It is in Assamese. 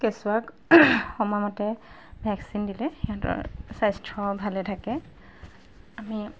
কেঁচুৱাক সময়মতে ভেকচিন দিলে সিহঁতৰ স্বাস্থ্য ভালে থাকে আমি